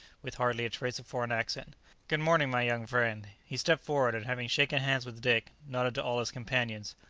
with hardly a trace of foreign accent good morning, my young friend. he stepped forward, and having shaken hands with dick, nodded to all his companions.